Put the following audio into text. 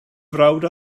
frawd